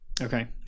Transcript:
okay